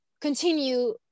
continue